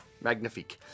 Magnifique